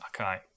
Okay